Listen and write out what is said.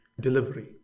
delivery